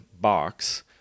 box